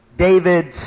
David's